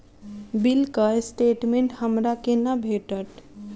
बिलक स्टेटमेंट हमरा केना भेटत?